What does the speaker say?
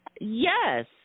Yes